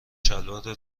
شلوار